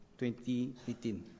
2018